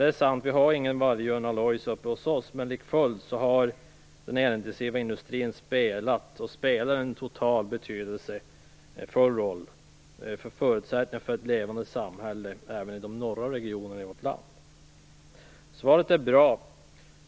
Det är sant att vi inte har något Vargön Alloys uppe hos oss, men lika fullt har den elintensiva industrin spelat - och spelar - en betydelsefull roll för förutsättningarna för ett levande samhälle även i de norra regionerna i vårt land. Svaret är bra.